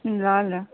ल ल